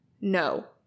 No